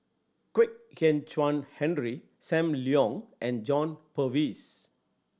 Kwek Kan Chuan Henry Sam Leong and John Purvis